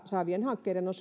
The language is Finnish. saavien hankkeiden on